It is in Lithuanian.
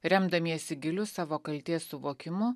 remdamiesi giliu savo kaltės suvokimu